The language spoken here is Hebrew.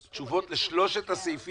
אני צריך תשובות לשלושת הסעיפים.